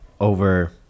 over